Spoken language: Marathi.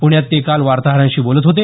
प्ण्यात ते काल वार्ताहरांशी बोलत होते